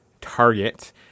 target